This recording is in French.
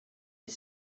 est